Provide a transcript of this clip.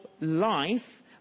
life